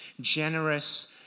generous